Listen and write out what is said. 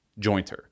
jointer